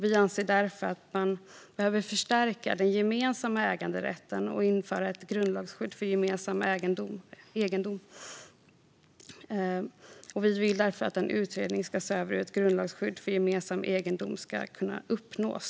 Vi anser därför att man behöver förstärka den gemensamma äganderätten och införa ett grundlagsskydd för gemensam egendom. Vi vill därför att en utredning ska se över hur ett grundlagsskydd för gemensamt ägd egendom ska kunna uppnås.